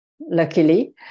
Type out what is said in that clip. luckily